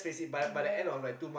very little